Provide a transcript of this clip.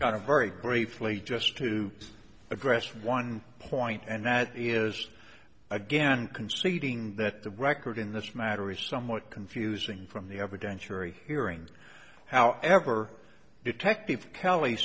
got a very briefly just to address one point and that is again conceding that the record in this matter is somewhat confusing from the other densher hearing however detective kelly